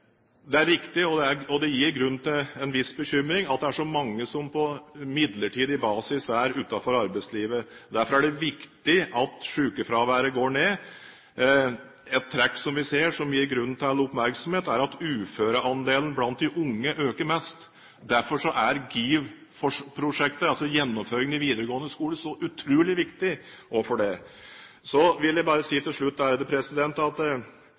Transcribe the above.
Det er riktig, og det gir grunn til en viss bekymring, at det er så mange som på midlertidig basis er utenfor arbeidslivet. Derfor er det viktig at sykefraværet går ned. Et trekk som vi ser som gir grunn til oppmerksomhet, er at uføreandelen blant de unge øker mest. Derfor er GIVO-prosjektet, altså Gjennomføring i Videregående Opplæring, så utrolig viktig også for det. Så vil jeg bare si til slutt at